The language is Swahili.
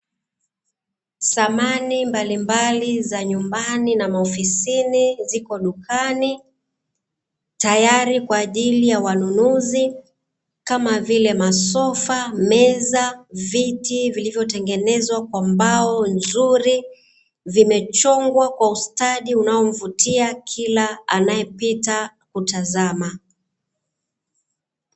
Samani mbalimbali za nyumbani na maofisini ziko dukani, tayari kwa ajili ya wanunuzi, kama vile masofa, meza, viti vilivyotengenezwa kwa mbao nzuri, vimechongwa kwa ustadi unaomvutia kila anayepita kutazama.